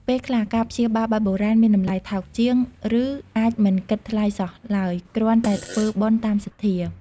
ពេលខ្លះ ការព្យាបាលបែបបុរាណមានតម្លៃថោកជាង ឬអាចមិនគិតថ្លៃសោះឡើយ គ្រាន់តែធ្វើបុណ្យតាមសទ្ធា។